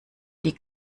die